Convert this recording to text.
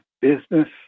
business